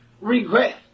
regret